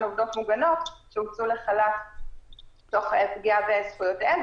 עובדות מוגנות שהוצאו לחל"ת תוך פגיעה בזכויותיהן.